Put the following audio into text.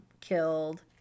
killed